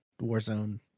Warzone